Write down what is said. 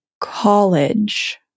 college